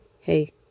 hey